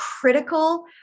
critical